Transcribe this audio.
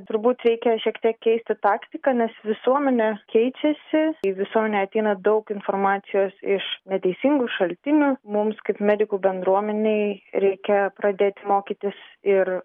turbūt reikia šiek tiek keisti taktiką nes visuomenė keičiasi į visuomenę ateina daug informacijos iš neteisingų šaltinių mums kaip medikų bendruomenei reikia pradėti mokytis ir